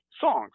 songs